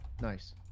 Nice